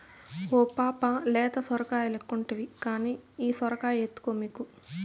ఓ పాపా లేత సొరకాయలెక్కుంటివి కానీ ఈ సొరకాయ ఎత్తుకో మీకు